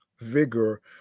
vigor